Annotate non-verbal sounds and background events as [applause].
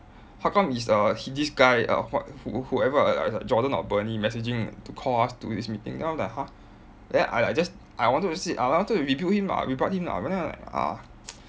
how come is err this guy uh who who whoever err jordan or bernie messaging to call us to this meeting then I was like !huh! then I I just I wanted to s~ I wanted to rebut him lah rebut him lah but then like ugh [noise]